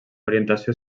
orientació